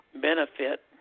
benefit